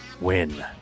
win